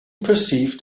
perceived